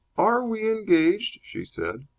are we engaged, she said,